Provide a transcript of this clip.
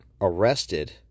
arrested